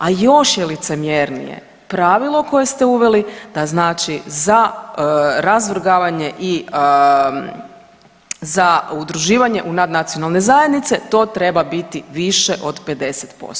A još je licemjernije pravilo koje ste uveli da znači za razvrgavanje i za udruživanje u nadnacionalne zajednice to treba biti više od 50%